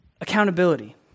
accountability